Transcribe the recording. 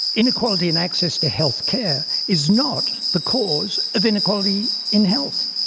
inequality in access to health care is not the cause of inequality in health.